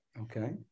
Okay